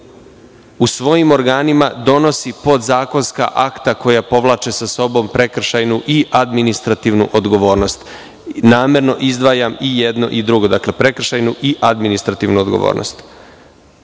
u svojim organima donosi podzakonska akta koja povlače sa sobom prekršajnu i administrativnu odgovornost. Namerno izdvajam i jedno i drugo, prekršajnu i administrativnu odgovornost.